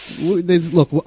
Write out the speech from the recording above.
Look